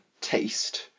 taste